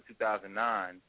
2009